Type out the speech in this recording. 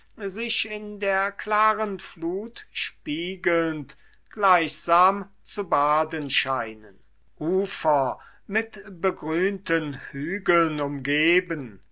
sich in der klaren flut spiegelnd gleichsam zu baden scheinen ufer mit begrünten hügeln umgeben